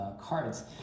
cards